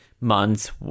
months